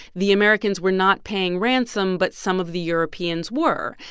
the americans were not paying ransom, but some of the europeans were.